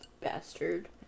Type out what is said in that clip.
Bastard